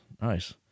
Nice